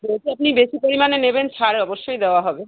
বলছি আপনি বেশি পরিমাণে নেবেন ছাড় অবশ্যই দেওয়া হবে